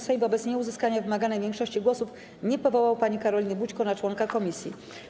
Sejm wobec nieuzyskania wymaganej większości głosów nie powołał pani Karoliny Bućko na członka komisji.